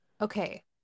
Okay